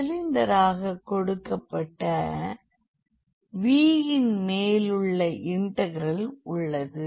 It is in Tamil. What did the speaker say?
சிலிண்டராக கொடுக்கப்பட்ட V இன் மேலுள்ள இன்டெகிரல் உள்ளது